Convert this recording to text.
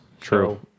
True